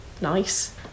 nice